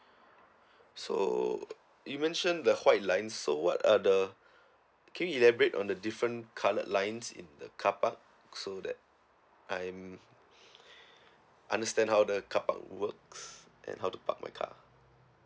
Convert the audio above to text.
so you mentioned the white lines so what are the can you elaborate on the different colored lines in the carpark so that I'm understand how the carpark works and how to park my car